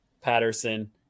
Patterson